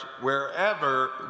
wherever